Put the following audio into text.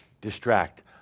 distract